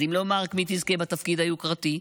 אז אם לא מארק, מי תזכה בתפקיד היוקרתי?